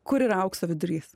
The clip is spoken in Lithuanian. kur yra aukso vidurys